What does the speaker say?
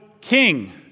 king